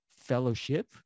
Fellowship